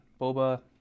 Boba